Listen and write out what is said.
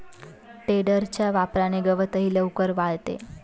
टेडरच्या वापराने गवतही लवकर वाळते